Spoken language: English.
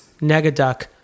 NegaDuck